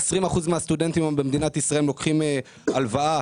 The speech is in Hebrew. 20% מהסטודנטים במדינת ישראל כיום לוקחים הלוואה.